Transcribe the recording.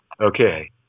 okay